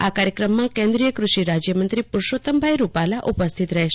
આ કાર્યક્રમમાં કેન્દ્રીય કૃષિ રાજ્યમંત્રી પુરૂષોત્તમભાઈ રૂપાલા ઉપસ્થિત રહેશે